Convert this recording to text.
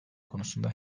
konusunda